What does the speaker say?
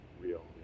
real